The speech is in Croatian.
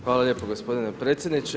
Hvala lijepo gospodine predsjedniče.